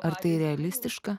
ar tai realistiška